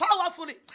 powerfully